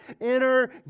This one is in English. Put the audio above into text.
inner